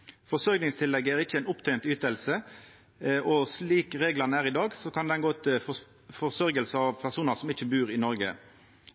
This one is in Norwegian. er ikkje ei opptent yting, og slik reglane er i dag, kan det gå til forsørging av personar som ikkje bur i Noreg.